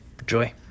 Enjoy